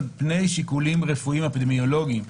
פני שיקולים רפואיים אפידמיולוגיים?